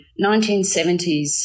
1970s